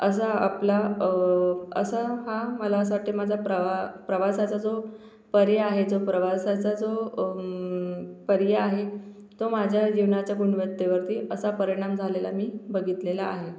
असा आपला असा हा मला असा वाटते माझा प्रवा प्रवासाचा जो पर्या आहे जो प्रवासाचा जो पर्या आहे तो माझ्या जीवनाच्या गुणवत्तेवरती असा परिणाम झालेला मी बघितलेला आहे